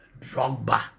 Drogba